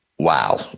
Wow